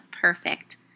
perfect